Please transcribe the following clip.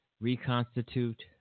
reconstitute